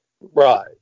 Right